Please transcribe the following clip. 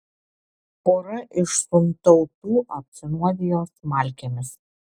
pora iš suntautų apsinuodijo smalkėmis